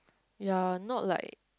ya not like